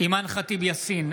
אימאן ח'טיב יאסין,